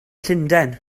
llundain